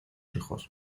hijos